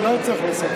תודה רבה.